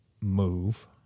move